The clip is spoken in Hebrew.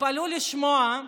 תתפלאו לשמוע,